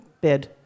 bid